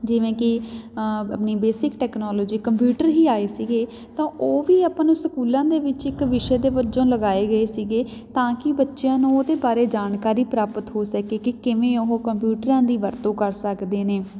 ਜਿਵੇਂ ਕਿ ਆਪਣੀ ਬੇਸਿਕ ਟੈਕਨੋਲੋਜੀ ਕੰਪਿਊਟਰ ਹੀ ਆਏ ਸੀਗੇ ਤਾਂ ਉਹ ਵੀ ਆਪਾਂ ਨੂੰ ਸਕੂਲਾਂ ਦੇ ਵਿੱਚ ਇੱਕ ਵਿਸ਼ੇ ਦੇ ਵਜੋਂ ਲਗਾਏ ਗਏ ਸੀਗੇ ਤਾਂ ਕਿ ਬੱਚਿਆਂ ਨੂੰ ਉਹਦੇ ਬਾਰੇ ਜਾਣਕਾਰੀ ਪ੍ਰਾਪਤ ਹੋ ਸਕੇ ਕਿ ਕਿਵੇਂ ਉਹ ਕੰਪਿਊਟਰਾਂ ਦੀ ਵਰਤੋਂ ਕਰ ਸਕਦੇ ਨੇ